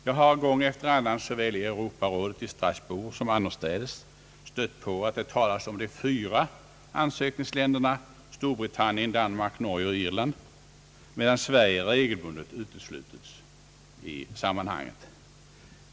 Jag har gång efter annan såväl i Europarådet i Strasbourg som annorstädes stött på att det talats om de fyra ansökningsländerna Storbritannien, Danmark, Norge och Irland, medan Sverige regelbundet uteslutits i sammanhanget.